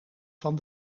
van